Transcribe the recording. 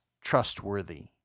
trustworthy